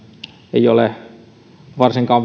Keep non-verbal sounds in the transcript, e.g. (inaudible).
ei ole varsinkaan (unintelligible)